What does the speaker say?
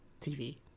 TV